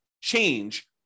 change